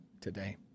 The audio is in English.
today